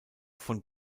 von